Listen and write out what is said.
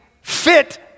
fit